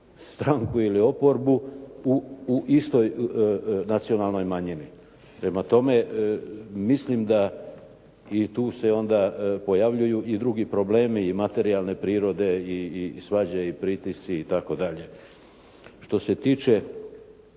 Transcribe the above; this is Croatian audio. stranku ili oporbu u istoj nacionalnoj manjini. Prema tome, mislim da i tu se onda pojavljuju i drugi problemi i materijalne prirode i svađe i pritisci i tako dalje. Što se tiče